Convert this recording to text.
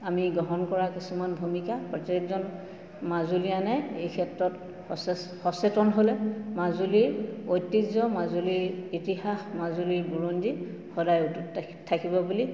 আমি গ্ৰহণ কৰা কিছুমান ভূমিকা প্ৰত্যেকজন মাজুলীয়ানে এই ক্ষেত্ৰত সচেতন হ'লে মাজুলীৰ ঐতিহ্য মাজুলীৰ ইতিহাস মাজুলীৰ বুৰঞ্জী সদায় অটুট থাকিব বুলি